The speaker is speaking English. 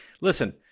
Listen